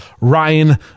ryan